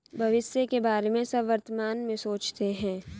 भविष्य के बारे में सब वर्तमान में सोचते हैं